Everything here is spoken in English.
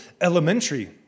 elementary